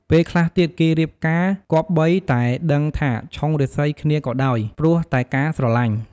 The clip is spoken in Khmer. ពេលខ្លះទៀតគេរៀបការ គម្បីតែដឹងថាឆុងរាសីគ្នាក៏ដោយ ព្រោះតែការស្រឡាញ់។